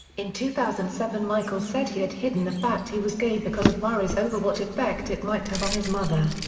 in two thousand and seven michael said he had hidden the fact he was gay because of worries over what effect it might have on his mother.